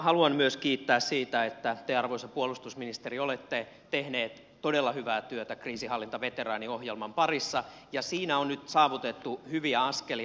haluan myös kiittää siitä että te arvoisa puolustusministeri olette tehnyt todella hyvää työtä kriisinhallintaveteraaniohjelman parissa ja siinä on nyt saavutettu hyviä askelia